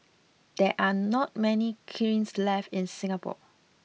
there are not many kilns left in Singapore